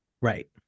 Right